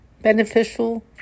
beneficial